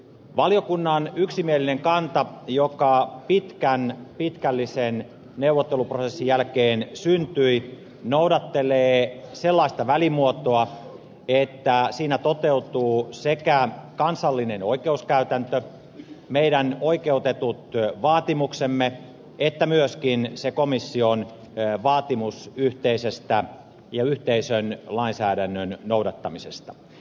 valiokunnan yksimielinen kanta joka pitkän pitkällisen neuvotteluprosessin jälkeen syntyi noudattelee sellaista välimuotoa että siinä toteutuu sekä kansallinen oikeuskäytäntö meidän oikeutetut vaatimuksemme että myöskin se komission vaatimus yhteisön lainsäädännön noudattamisesta